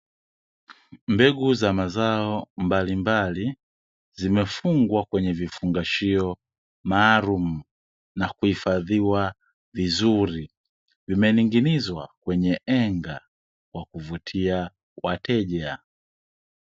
Mbegu za mazao mbalimbali zimefungwa kwenye vifungashio maalumu na kuhifadhiwa vizuri, zimening'inizwa kwenye henga kwa kuvutia wateja.